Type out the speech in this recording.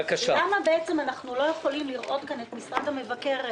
למה בעצם אנחנו לא יכולים לראות כאן את משרד המבקר?